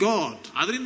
God